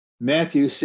Matthew